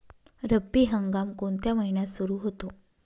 रब्बी हंगाम कोणत्या महिन्यात सुरु होतो?